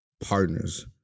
partners